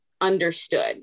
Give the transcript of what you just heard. understood